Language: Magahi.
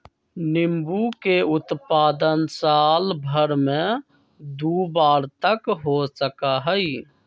नींबू के उत्पादन साल भर में दु बार तक हो सका हई